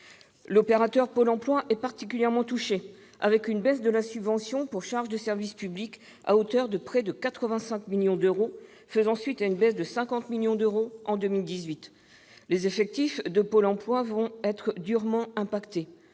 L'opérateur Pôle emploi est particulièrement touché, avec une baisse de sa subvention pour charges de service public à hauteur de près de 85 millions d'euros, qui fait suite à la baisse de 50 millions d'euros intervenue cette année. Les effectifs de Pôle emploi vont être durement touchés.